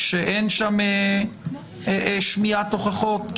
שאין שם שמיעת הוכחות?